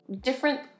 different